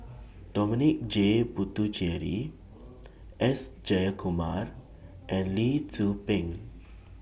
Dominic J Puthucheary S Jayakumar and Lee Tzu Pheng